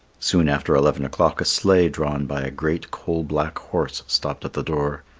soon after eleven o'clock a sleigh drawn by a great coal-black horse stopped at the door.